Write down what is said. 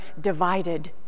divided